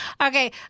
okay